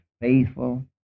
faithful